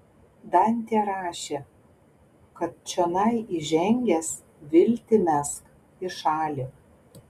dantė rašė kad čionai įžengęs viltį mesk į šalį